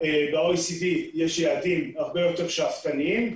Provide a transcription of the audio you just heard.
ב-OECD יש יעדים הרבה יותר שאפתניים,